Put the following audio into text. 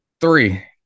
three